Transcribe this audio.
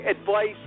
advice